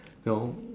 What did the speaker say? no